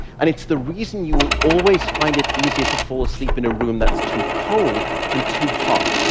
and it's the reason you will always find it easier to fall asleep in a room that's too cold than too hot.